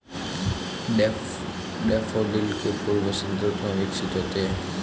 daffodil के फूल वसंत ऋतु में विकसित होते हैं